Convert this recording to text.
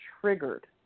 triggered